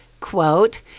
quote